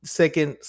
second